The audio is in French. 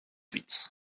huit